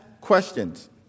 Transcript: questions